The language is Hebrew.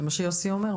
כן וזה מה שיוסי אומר.